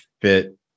fit